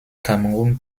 cameroun